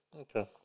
okay